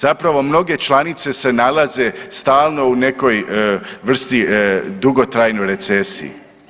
Zapravo mnoge članice se nalaze stalno u nekoj vrsti dugotrajnoj recesiji.